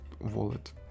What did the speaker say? wallet